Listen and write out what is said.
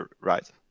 right